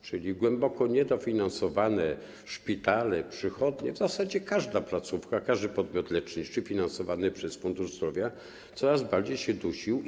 Czyli głęboko niedofinansowane szpitale, przychodnie - w zasadzie każda placówka, każdy podmiot leczniczy finansowany przez fundusz zdrowia - coraz bardziej się dusiły.